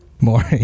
More